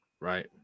Right